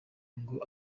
ngo